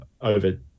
over